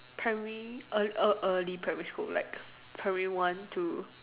primary ear~ ear~ early primary school like primary one two